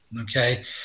okay